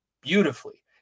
beautifully